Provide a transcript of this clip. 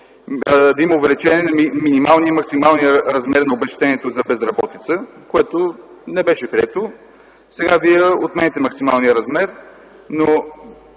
да има увеличение на минималния и максималния размер на обезщетението за безработица, което не беше прието. Сега Вие отменяте максималния размер, но